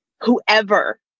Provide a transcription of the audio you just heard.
whoever